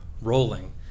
rolling